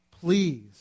Please